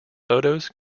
photos